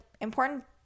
important